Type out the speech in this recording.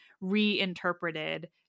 reinterpreted